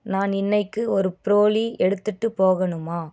நான் இன்றைக்கு ஒரு ட்ரோலி எடுத்துகிட்டு போகணுமா